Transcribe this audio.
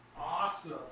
Awesome